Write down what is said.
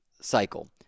cycle